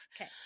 Okay